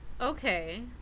Okay